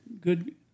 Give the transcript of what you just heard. good